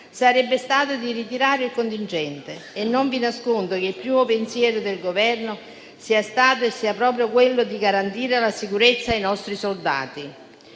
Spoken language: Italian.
sarebbe stata quella di ritirare il contingente, e non vi nascondo che il primo pensiero del Governo sia stato e sia proprio quello di garantire la sicurezza ai nostri soldati.